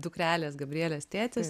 dukrelės gabrielės tėtis